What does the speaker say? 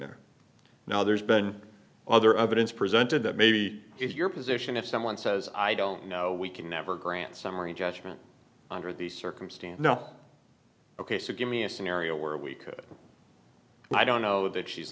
there now there's been other evidence presented that maybe is your position if someone says i don't know we can never grant summary judgment under these circumstance no ok so give me a scenario where we could i don't know that she's